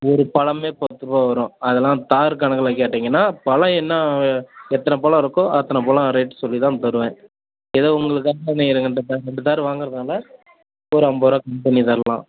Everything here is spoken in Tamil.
ஒரு பழமே பத்துரூவா வரும் அதெல்லாம் தார் கணக்கில் கேட்டிங்கன்னா பழம் என்ன எத்தனை பழம் இருக்கோ அத்தனை பழம் ரேட் சொல்லி தான் தருவேன் ஏதோ உங்களுக்கு கம்மி பண்ணி ரெண்டு தா ரெண்டு தார் வாங்கறதுனால ஒரு ஐம்பதுரூவா கம்மி பண்ணி தரலாம்